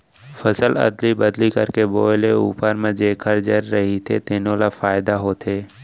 फसल अदली बदली करके बोए ले उप्पर म जेखर जर रहिथे तेनो ल फायदा होथे